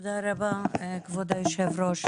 תודה רבה, כבוד היושב-ראש.